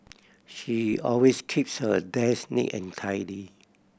she always keeps her desk neat and tidy